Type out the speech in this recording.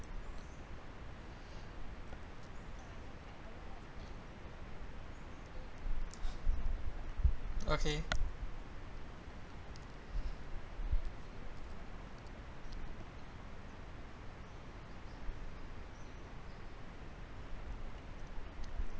okay